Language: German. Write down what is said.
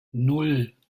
nan